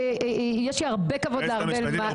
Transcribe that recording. יש לי הרבה כבוד לארבל,